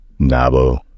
NABO